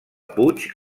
puig